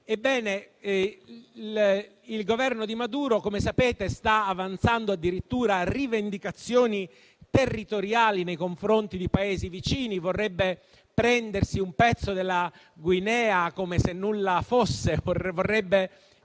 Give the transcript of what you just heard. Ebbene, il Governo di Maduro, come sapete, sta avanzando addirittura rivendicazioni territoriali nei confronti di Paesi vicini: vorrebbe prendersi un pezzo della Guiana, come se nulla fosse, e vorrebbe